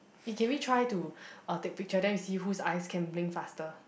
eh can we try to uh take picture then we see who's eyes can blink faster